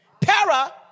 para